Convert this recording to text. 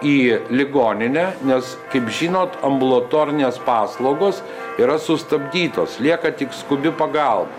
į ligoninę nes kaip žinot ambulatorinės paslaugos yra sustabdytos lieka tik skubi pagalba